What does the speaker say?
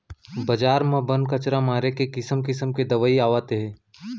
बजार म बन, कचरा मारे के किसम किसम के दवई आवत हे